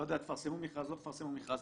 לא יודע, תפרסמו מכרז, לא תפרסמו מכרז.